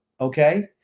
okay